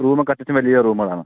റൂമൊക്കെ അത്യാവശ്യം വലിയ റൂമുകളാണ്